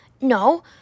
No